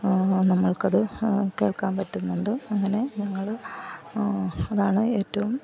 നമ്മൾക്ക് അതു കേൾക്കാൻ പറ്റുന്നുണ്ട് അങ്ങനെ ഞങ്ങൾ അതാണ് ഏറ്റവും